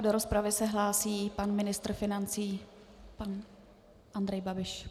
Do rozpravy se hlásí pan ministr financí pan Andrej Babiš.